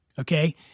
Okay